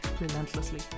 relentlessly